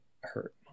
hurt